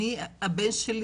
הילד שלי